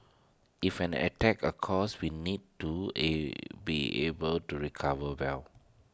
if an attack occurs we need to IT be able to recover well